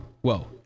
Whoa